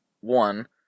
one